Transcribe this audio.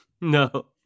no